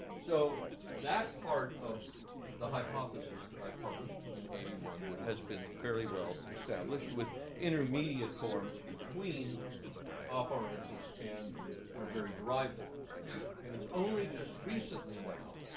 so that part of the hypothesis that i've published in eighty one, which has been fairly well established with intermediate forms between afarensis and their very derived forms. and it's only just recently, now,